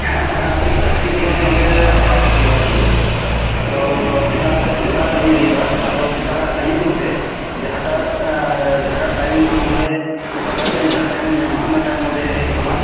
ᱦᱮᱸ ᱟᱨᱠᱤ ᱯᱨᱮᱠᱴᱤᱥ ᱫᱚ ᱱᱚᱰᱮ ᱵᱟᱨᱫᱷᱟᱣ ᱦᱩᱭᱩᱜᱼᱟ ᱴᱷᱤᱠ ᱜᱮᱭᱟ ᱛᱳ ᱥᱮᱛᱟᱜ ᱟᱨ ᱟᱹᱭᱩᱵ ᱦᱩᱭᱩᱜᱼᱟ ᱟᱫᱚ ᱥᱮᱛᱟᱜ ᱟᱨ ᱟᱹᱭᱩᱵ ᱢᱚᱫᱷᱮ ᱡᱟᱸᱦᱟᱴᱟᱜ ᱡᱟᱸᱦᱟᱴᱟᱜ ᱴᱟᱤᱢ ᱟᱢ ᱱᱚᱰᱮ ᱚᱠᱟ ᱞᱮᱠᱟᱛᱮ ᱡᱟᱦᱟᱴᱟᱜ ᱴᱟᱭᱤᱢᱮᱢ ᱧᱟᱢᱟ ᱚᱱᱟ ᱴᱟᱭᱤᱢ ᱢᱚᱫᱷᱮ ᱦᱮᱡ ᱦᱩᱭᱩᱜ ᱛᱟᱢᱟ